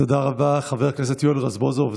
תודה רבה, חבר הכנסת יואל רזבוזוב.